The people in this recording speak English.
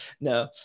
No